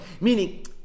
Meaning